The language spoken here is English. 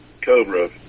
cobra